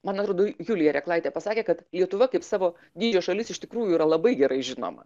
man arodo julija reklaitė pasakė kad lietuva kaip savo dydžio šalis iš tikrųjų yra labai gerai žinoma